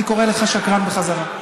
אני קורא לך שקרן בחזרה.